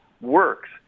works